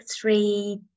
three